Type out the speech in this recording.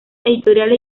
editoriales